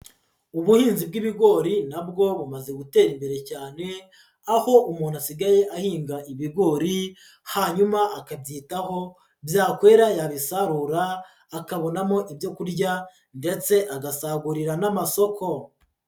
Ubuhinzi bw'ibigori na bwo bumaze gutera imbere cyane, aho umuntu asigaye ahinga ibigori, hanyuma akabyitaho, byakwera yabisarura, akabonamo ibyo kurya ndetse agasagurira n'amasoko.